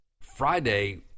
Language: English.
Friday